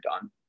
done